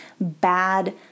bad